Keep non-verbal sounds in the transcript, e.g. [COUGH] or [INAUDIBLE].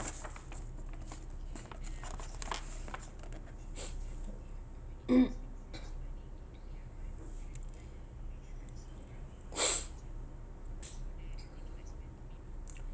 [NOISE] [COUGHS] [NOISE]